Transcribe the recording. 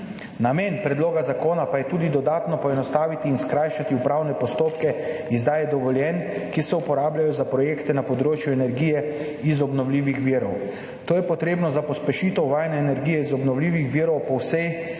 Namen predloga zakona pa je tudi dodatno poenostaviti in skrajšati upravne postopke izdaje dovoljenj, ki se uporabljajo za projekte na področju energije iz obnovljivih virov. To je potrebno za pospešitev uvajanja energije iz obnovljivih virov po vsej